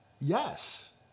yes